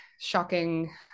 shocking